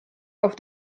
auf